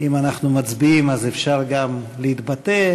אם אנחנו מצביעים, אפשר גם להתבטא.